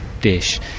dish